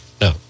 No